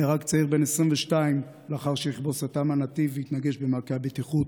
נהרג צעיר בן 22 לאחר שרכבו סטה מהנתיב והתנגש במעקה הבטיחות.